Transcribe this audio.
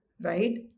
right